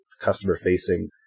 customer-facing